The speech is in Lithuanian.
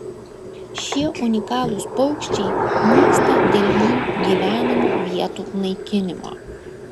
šie unikalūs paukščiai nyksta dėl jų gyvenamų vietų naikinimo